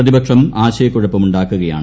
പ്രതിപക്ഷം ആശയക്കുഴപ്പമുണ്ടാക്കുകയാണ്